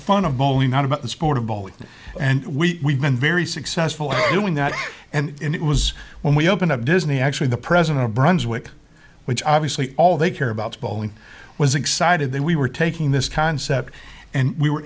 sport of bowling and we been very successful at doing that and it was when we opened up disney actually the president of brunswick which obviously all they care about bowling was excited then we were taking this concept and we were